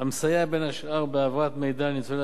המסייע בין השאר בהעברת מידע לניצולי